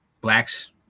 blacks